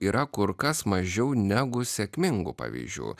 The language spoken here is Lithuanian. yra kur kas mažiau negu sėkmingų pavyzdžių